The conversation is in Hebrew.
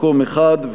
מקום אחד.